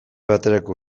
baterako